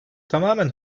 tamamen